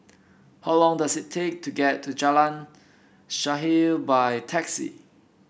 how long does it take to get to Jalan Shaer by taxi